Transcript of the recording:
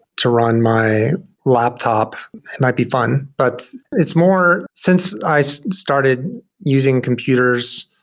to run my laptop. it might be fun, but it's more since i so started using computers,